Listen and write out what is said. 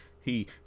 He